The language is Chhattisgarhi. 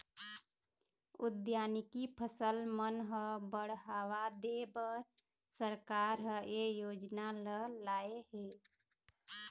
उद्यानिकी फसल मन ह बड़हावा देबर सरकार ह ए योजना ल लाए हे